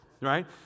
Right